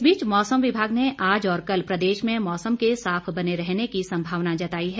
इस बीच मौसम विभाग ने आज और कल प्रदेश में मौसम के साफ बने रहने की संभावना जताई है